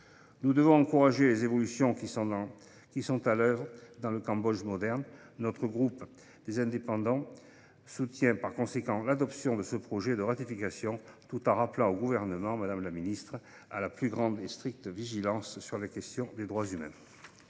Nous devons encourager les évolutions qui sont à l’œuvre dans le Cambodge moderne. Le groupe des indépendants soutient par conséquent l’adoption de ce projet de loi tout en appelant le Gouvernement à la plus stricte vigilance sur la question des droits humains.